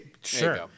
sure